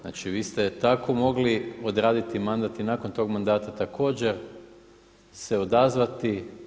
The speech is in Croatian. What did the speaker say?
Znači vi ste tako mogli odraditi mandat i nakon tog mandata također se odazvati.